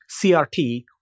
CRT